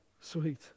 sweet